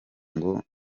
ngo